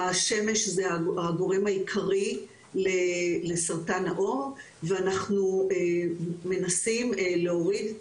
השמש זה הגורם העיקרי לסרטן העור ואנחנו מנסים להוריד את